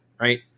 right